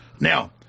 Now